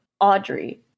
Audrey